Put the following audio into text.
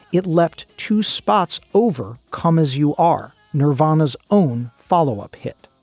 it leapt to spots over commas. you are nirvana's own follow up hit